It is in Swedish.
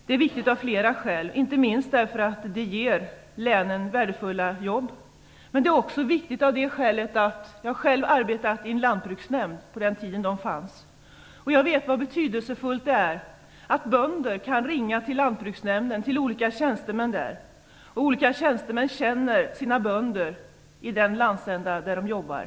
Det är viktigt av flera skäl - inte minst därför att det ger länen värdefulla jobb. Jag har själv arbetat i en lantbruksnämnd på den tiden de fanns, och jag vet hur betydelsefullt det är att bönder kan ringa till olika tjänstemän på lantbruksnämnden, som känner bönderna i den landsända där de jobbar.